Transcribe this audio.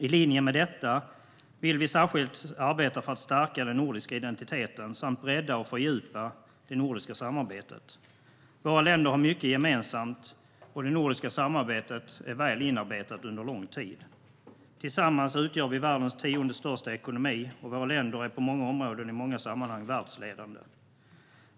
I linje med detta vill vi särskilt arbeta för att stärka den nordiska identiteten samt bredda och fördjupa det nordiska samarbetet. Våra länder har mycket gemensamt, och det nordiska samarbetet är väl inarbetat sedan lång tid. Tillsammans utgör vi världens tionde största ekonomi, och våra länder är på många områden och i många sammanhang världsledande.